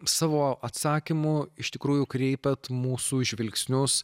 savo atsakymu iš tikrųjų kreipiate mūsų žvilgsnius